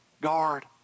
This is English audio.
guard